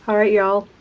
um right y'all,